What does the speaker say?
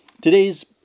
Today's